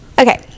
Okay